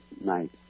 night